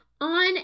on